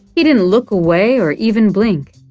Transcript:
he didn't look away or even blink.